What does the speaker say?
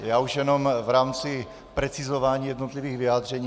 Já už jenom v rámci precizování jednotlivých vyjádření.